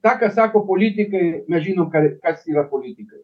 tą ką sako politikai mes nežinom kas yra politikai